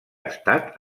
estat